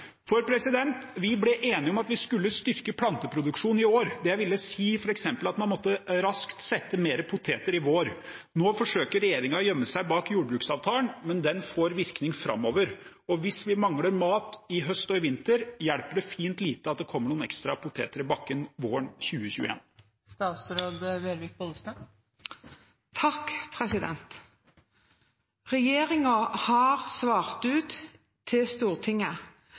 Vi ble enige om at vi skulle styrke planteproduksjonen i år. Det ville si at man raskt måtte sette mer poteter i vår. Nå forsøker regjeringen å gjemme seg bak jordbruksavtalen, men den får virkning framover, og hvis vi mangler mat i høst og i vinter, hjelper det fint lite at det kommer noen ekstra poteter i bakken våren 2021. Regjeringen har svart ut til Stortinget